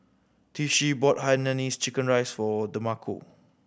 Tishie bought Hainanese chicken rice for Demarco